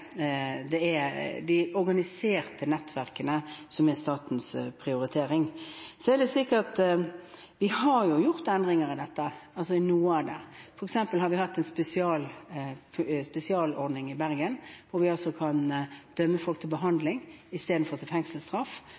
som er statens prioritering, det er de organiserte nettverkene. Vi har gjort endringer i noe av dette. For eksempel har vi hatt en spesialordning i Bergen hvor vi kan dømme folk til behandling istedenfor til fengselsstraff,